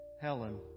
Helen